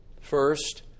First